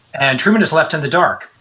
and truman is left in the dark.